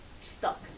stuck